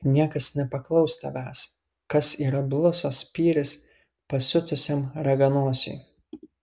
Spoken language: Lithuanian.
niekas nepaklaus tavęs kas yra blusos spyris pasiutusiam raganosiui